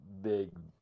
big